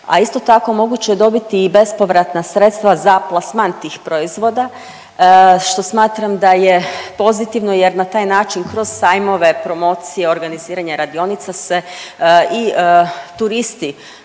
a isto tako moguće je dobiti i bespovratna sredstva za plasman tih proizvoda što smatram da je pozitivno jer na taj način kroz sajmove, promocije, organiziranje radionica se i turisti